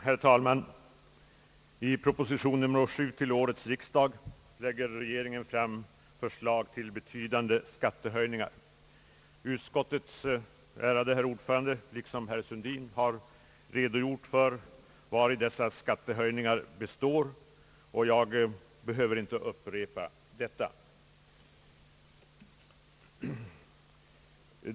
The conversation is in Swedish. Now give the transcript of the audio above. Herr talman! I proposition nr 7 till årets riksdag lägger regeringen fram förslag till betydande skattehöjningar. Utskottets ärade herr ordförande liksom herr Sundin har redogjort för vari dessa skattehöjningar består och jag behöver inte upprepa detta.